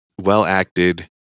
well-acted